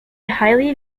highly